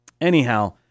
Anyhow